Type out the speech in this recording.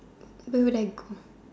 call